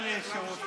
שר.